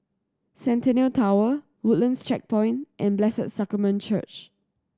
Centennial Tower Woodlands Checkpoint and Blessed Sacrament Church